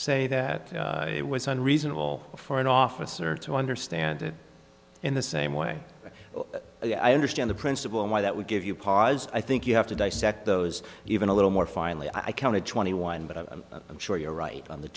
say that it was one reasonable for an officer to understand it in the same way i understand the principle and why that would give you pause i think you have to dissect those even a little more finely i counted twenty one but a i'm sure you're right on the